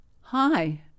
Hi